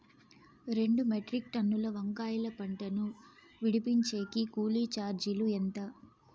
రెండు మెట్రిక్ టన్నుల వంకాయల పంట ను విడిపించేకి కూలీ చార్జీలు ఎంత?